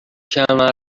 کمارزشی